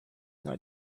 not